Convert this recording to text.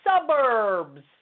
suburbs